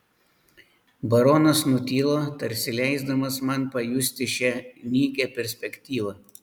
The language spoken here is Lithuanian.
baronas nutilo tarsi leisdamas man pajusti šią nykią perspektyvą